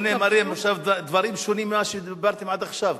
פה נאמרים עכשיו דברים שונים ממה שדיברתם עד עכשיו.